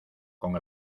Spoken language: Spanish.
con